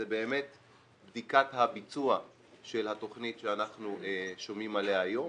זאת בדיקת הביצוע של התכנית שאנחנו שומעים עליה היום.